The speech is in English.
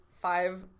five